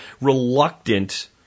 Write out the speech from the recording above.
reluctant